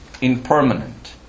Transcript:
impermanent